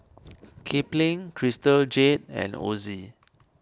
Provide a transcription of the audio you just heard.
Kipling Crystal Jade and Ozi